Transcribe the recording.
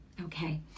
Okay